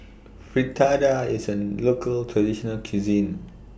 Fritada IS A Local Traditional Cuisine